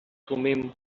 thummim